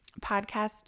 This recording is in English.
podcast